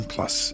Plus